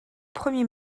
premier